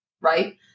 right